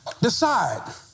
decide